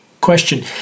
Question